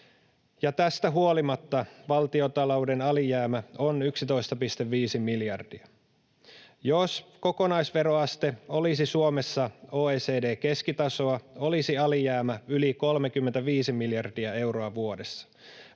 tästä huolimatta valtiontalouden alijäämä on 11,5 miljardia. Jos kokonaisveroaste olisi Suomessa OECD:n keskitasoa, olisi alijäämä yli 35 miljardia euroa vuodessa.